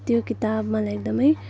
त्यो किताब मलाई एकदमै